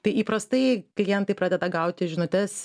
tai įprastai klientai pradeda gauti žinutes